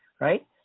right